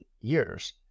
years